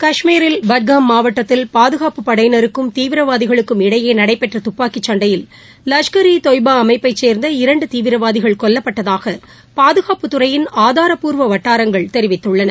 கஷ்மீரில் பட்காம் மாவட்டத்தில் பாதுகாப்புப்படையினருக்கும் தீவிரவாதிகளுக்கும் இடையே நடைபெற்ற துப்பாக்கிச்சண்டையில் லஷ்கர் ஈ தொய்பா அமைப்பை சேர்ந்த இரண்டு தீவிரவாதிகள் கொல்லப்பட்டதாக பாதுகாப்புத்துறையின் ஆதாரப்பூர்வ வட்டாரங்கள் தெரிவித்துள்ளன